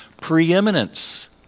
preeminence